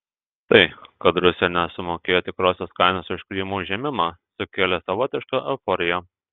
tai kad rusija nesumokėjo tikrosios kainos už krymo užėmimą sukėlė savotišką euforiją